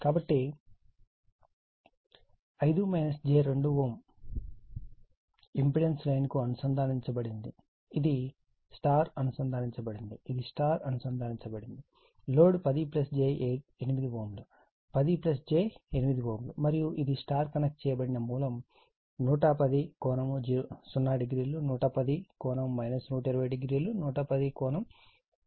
కాబట్టి 5 j2Ω impedance line కు అనుసంధానించబడినది ఇది Υ అనుసంధానించబడినది ఇది Υ అనుసంధానించబడినది లోడ్ 10 j 8 Ω 10 j 8 Ω మరియు ఇది Υ కనెక్ట్ చేయబడిన మూలం 110 ∠00110 ∠ 1200110∠ 2400